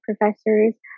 professors